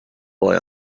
boy